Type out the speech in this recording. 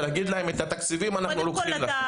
ולהגיד להם: "את התקציבים אנחנו לוקחים לכם".